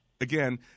Again